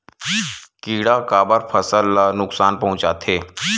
किड़ा काबर फसल ल नुकसान पहुचाथे?